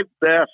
best